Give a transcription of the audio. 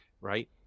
right